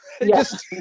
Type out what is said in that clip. Yes